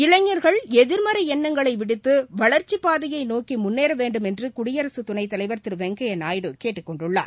இளைஞர்கள் எதிர்மறை எண்ணங்களை விடுத்து வளர்ச்சிப் பாதையை நோக்கி முன்னேற வேண்டும் என்று குடியரசு துணைத் தலைவர் திரு வெங்கைய நாயுடு கேட்டுக்கொண்டுள்ளார்